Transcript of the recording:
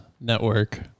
network